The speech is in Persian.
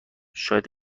شاید